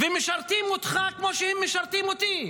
ומשרתים אותך כמו שהם משרתים אותי,